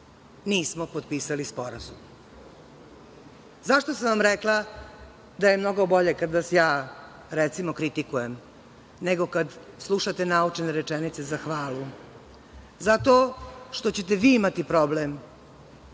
nismo potpisali sporazum.Zašto sam vam rekla da je mnogo bolje kad vas ja, recimo, kritikujem, nego kad slušate naučene rečenice za hvalu, zato što ćete vi imati problem,